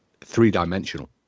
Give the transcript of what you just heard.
three-dimensional